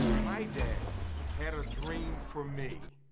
my daddy had a dream for me.